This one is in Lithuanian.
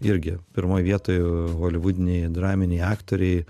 irgi pirmoj vietoj holivudiniai draminiai aktoriai